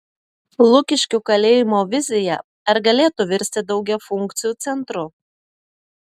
lukiškių kalėjimo vizija ar galėtų virsti daugiafunkciu centru